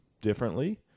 differently